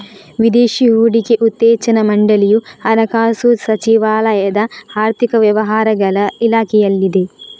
ವಿದೇಶಿ ಹೂಡಿಕೆ ಉತ್ತೇಜನಾ ಮಂಡಳಿಯು ಹಣಕಾಸು ಸಚಿವಾಲಯದ ಆರ್ಥಿಕ ವ್ಯವಹಾರಗಳ ಇಲಾಖೆಯಲ್ಲಿದೆ